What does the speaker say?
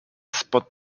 spod